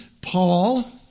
Paul